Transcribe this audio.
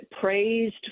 praised